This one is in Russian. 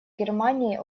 германии